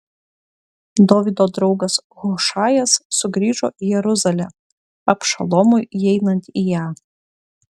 dovydo draugas hušajas sugrįžo į jeruzalę abšalomui įeinant į ją